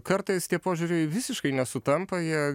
kartais tie požiūriai visiškai nesutampa jie